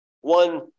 One